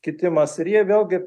kitimas ir jie vėlgi